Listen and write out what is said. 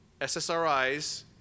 SSRIs